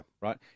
Right